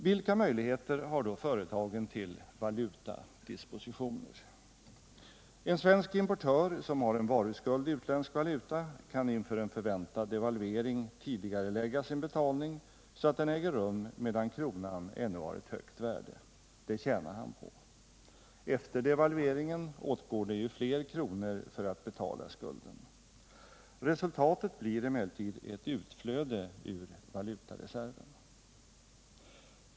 Vilka möjligheter har då företagen till valutadispositioner? En svensk importör som har en varuskuld i utländsk valuta kan inför en 10 förväntad devalvering tidigarelägga sin betalning, så att den äger rum medan kronan ännu har ett högt värde. Det tjänar han på. Efter devalveringen åtgår det ju fler kronor för att betala skulden. Resultatet blir emellertid ett utflöde ur valutareserven.